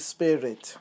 Spirit